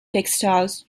textiles